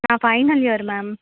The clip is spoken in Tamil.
நான் ஃபைனல் இயர் மேம்